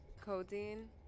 codeine